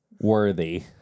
worthy